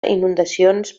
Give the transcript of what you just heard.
inundacions